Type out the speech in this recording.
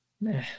Nah